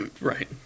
Right